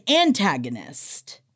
antagonist